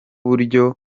buryo